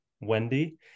Wendy